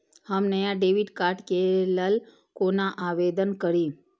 हम नया debit card के लल कौना आवेदन करि?